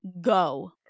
go